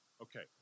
Okay